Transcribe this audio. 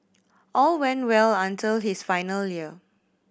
all went well until his final year